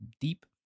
deep